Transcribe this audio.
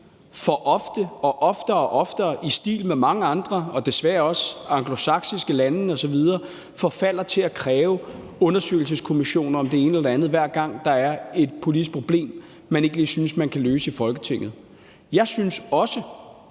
for ofte, og oftere og oftere, i stil med mange andre lande og desværre også angelsaksiske lande osv., forfalder til at kræve undersøgelseskommissioner om det ene eller det andet, hver gang der er et politisk problem, man ikke lige synes man kan løse i Folketinget. Jeg synes også